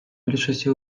більшості